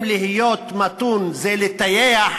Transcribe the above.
אם להיות מתון זה לטייח,